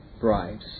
bribes